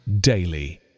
daily